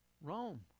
Rome